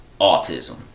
Autism